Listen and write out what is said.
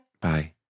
Bye